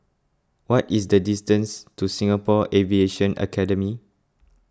what is the distance to Singapore Aviation Academy